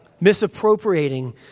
misappropriating